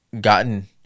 gotten